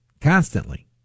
constantly